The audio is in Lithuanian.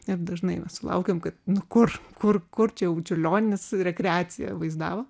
ir dažnai mes sulaukiam kad kur kur kur čia jau čiurlionis rekreaciją vaizdavo